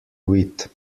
wit